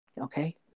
okay